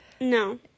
no